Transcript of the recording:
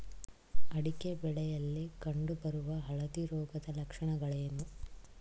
ಅಡಿಕೆ ಬೆಳೆಯಲ್ಲಿ ಕಂಡು ಬರುವ ಹಳದಿ ರೋಗದ ಲಕ್ಷಣಗಳೇನು?